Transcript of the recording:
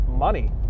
money